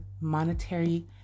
monetary